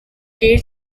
kate